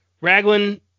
Raglan